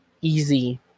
easy